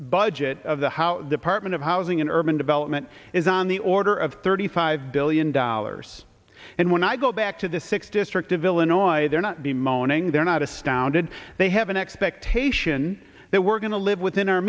budget of the how department of housing and urban development is on the order of thirty five billion dollars and when i go back to the sixth district of illinois they're not be moaning they're not astounded they have an expectation that we're going to live within our